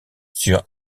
sur